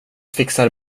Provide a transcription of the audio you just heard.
fixar